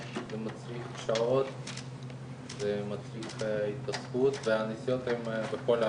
מצריך שעות ומצריך התעסקות והנסיעות הן בכל הארץ,